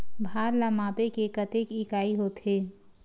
भार ला मापे के कतेक इकाई होथे?